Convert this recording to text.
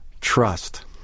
trust